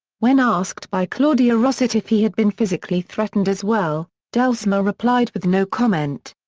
when asked by claudia rosett if he had been physically threatened as well, drielsma replied with no comment.